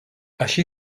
així